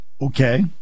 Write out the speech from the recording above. Okay